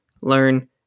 learn